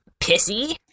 Pissy